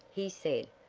he said.